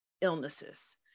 illnesses